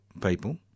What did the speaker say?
people